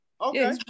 Okay